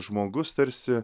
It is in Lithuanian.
žmogus tarsi